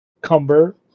Cumber